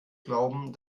glauben